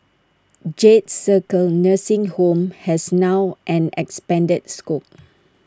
jade circle nursing home has now an expanded scope